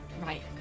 Right